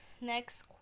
Next